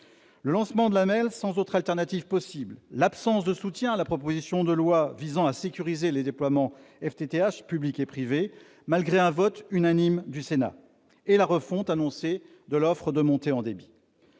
locaux, l'AMEL, sans autre alternative possible ; l'absence de soutien à la proposition de loi visant à sécuriser les déploiements FTTH, publics et privés, malgré un vote unanime du Sénat ; et la refonte annoncée de l'offre de montée en débit.